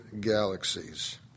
galaxies